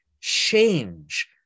change